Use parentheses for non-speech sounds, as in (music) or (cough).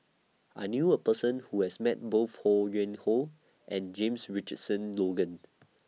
I knew A Person Who has Met Both Ho Yuen Hoe and James Richardson Logan (noise)